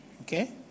Okay